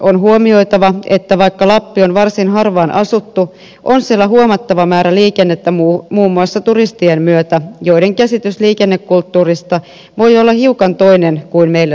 on huomioitava että vaikka lappi on varsin harvaan asuttu on siellä huomattava määrä liikennettä muun muassa turistien myötä ja näiden käsitys liikennekulttuurista voi olla hiukan toinen kuin meillä suomessa